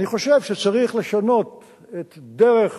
אני חושב שצריך לשנות את דרך